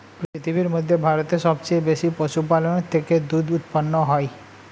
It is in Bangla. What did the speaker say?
পৃথিবীর মধ্যে ভারতে সবচেয়ে বেশি পশুপালনের থেকে দুধ উৎপন্ন হয়